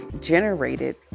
generated